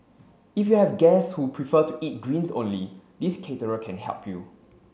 if you have guests who prefer to eat greens only this caterer can help you